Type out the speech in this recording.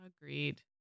Agreed